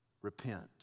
Repent